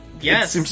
Yes